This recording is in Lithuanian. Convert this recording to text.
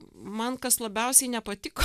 man kas labiausiai nepatiko